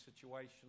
situation